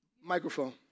microphone